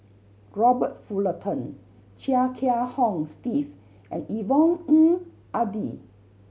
Robert Fullerton Chia Kiah Hong Steve and Yvonne Ng Uhde